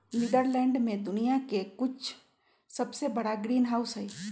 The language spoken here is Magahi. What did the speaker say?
नीदरलैंड में दुनिया के कुछ सबसे बड़ा ग्रीनहाउस हई